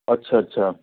ਅੱਛਾ ਅੱਛਾ